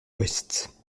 ouest